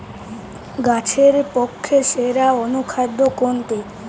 গাছের পক্ষে সেরা অনুখাদ্য কোনটি?